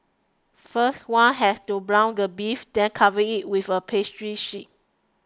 first one has to brown the beef then cover it with a pastry sheet